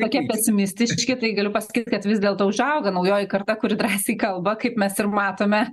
tokie pesimistiški tai galiu pasakyt kad vis dėlto užauga naujoji karta kuri drąsiai kalba kaip mes ir matome